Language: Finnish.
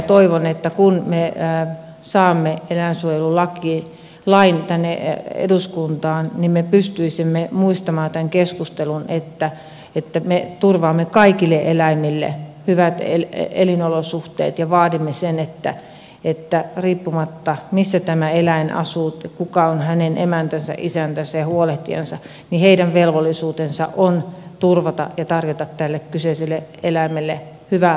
toivon että kun me saamme eläinsuojelulain tänne eduskuntaan niin me pystyisimme muistamaan tämän keskustelun että me turvaamme kaikille eläimille hyvät elinolosuhteet ja vaadimme sen että riippumatta siitä missä tämä eläin asuu kuka on hänen emäntänsä isäntänsä ja huolehtijansa niin tämän velvollisuus on turvata ja tarjota tälle kyseiselle eläimelle hyvä laadukas elämä